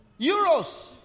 Euros